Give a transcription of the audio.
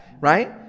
right